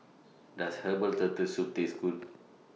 Does Herbal Turtle Soup Taste Good